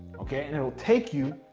okay. and it'll take you,